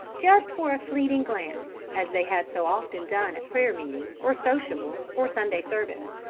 just for a fleeting glance, as they had so often done at prayer-meeting, or sociable, or sunday service.